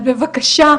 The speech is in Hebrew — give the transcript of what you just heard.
אז בבקשה,